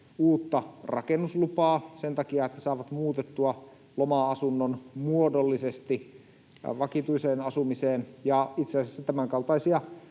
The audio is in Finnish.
uutta rakennuslupaa sen takia, että saavat muutettua loma-asunnon muodollisesti vakituiseen asumiseen. Itse asiassa tämänkaltaisia